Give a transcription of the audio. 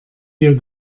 wir